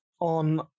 on